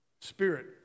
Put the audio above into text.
Spirit